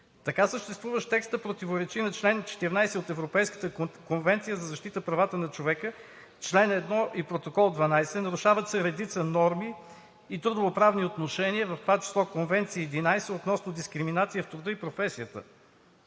Така съществуващ, текстът противоречи на чл. 14 от Европейската конвенция за защита правата на човека, член 1 и Протокол № 12, нарушават се редица норми и трудово-правни отношения, в това число Конвенция № 11 относно дискриминация в труда и професията.